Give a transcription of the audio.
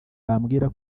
bambwira